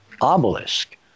obelisk